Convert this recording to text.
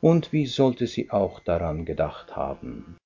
und wie sollte sie auch daran gedacht haben